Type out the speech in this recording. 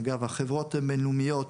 אגב, החברות הבין-לאומית